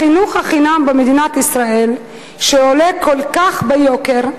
חינוך חינם במדינת ישראל שעולה ביוקר,